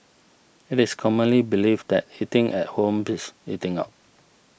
it is commonly believed that eating at home beats eating out